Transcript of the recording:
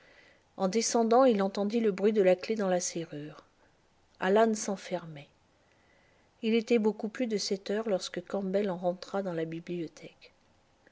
en descendant il entendit le bruit de la clef dans la serrure lâne s'enfermait il était beaucoup plus de sept heures lorsque campbell rentra dans la bibliothèque